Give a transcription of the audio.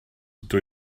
dydw